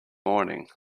morning